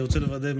אני רוצה לוודא,